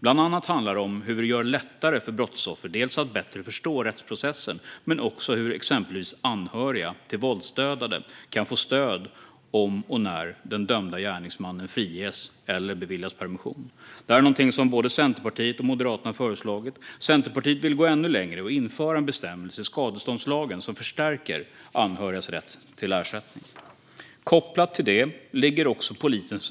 Bland annat handlar det dels om hur vi gör det lättare för brottsoffer att bättre förstå rättsprocessen, dels om hur exempelvis anhöriga till våldsdödade kan få stöd om och när den dömda gärningsmannen friges eller beviljas permission. Detta är någonting som både Centerpartiet och Moderaterna har föreslagit. Centerpartiet vill gå ännu längre och införa en bestämmelse i skadeståndslagen som förstärker anhörigas rätt till ersättning. Kopplat till det ligger också